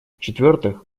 четвертых